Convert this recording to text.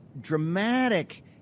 dramatic